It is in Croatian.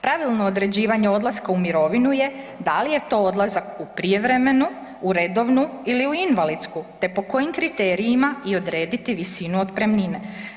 Pravilno određivanje odlaska u mirovinu je da li je to odlazak u prijevremenu, u redovnu ili u invalidsku, te po kojim kriterijima i odrediti visinu otpremnine.